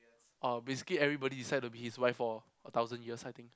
oh basically everybody is sad to be his wife for a thousand years I think